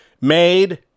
made